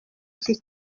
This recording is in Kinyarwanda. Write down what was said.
iki